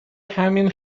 همین